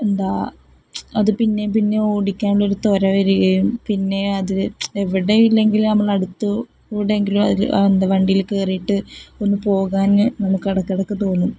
എന്താ അത് പിന്നെയും പിന്നെ ഓടിക്കാനുള്ളൊരു തൊര വരുകയും പിന്നെ അത് എവിടെ ഇല്ലെങ്കിൽ നമ്മളുടെ അടുത്ത് കൂടെയെങ്കിലും അതിൽ എന്താണ് വണ്ടിയിൽ കയറിയിട്ട് ഒന്ന് പോകാൻ നമുക്ക് ഇടക്ക് ഇടക്ക് തോന്നും